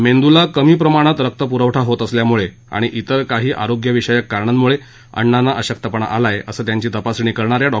मेंदूला कमी प्रमाणात रक्तपुरवठा होत असल्यामुळे आणि तिर काही आरोग्यविषयक कारणांमुळे अण्णांना अशक्तपणा आला आहे असं त्यांची तपासणी करणाऱ्या डॉ